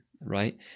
right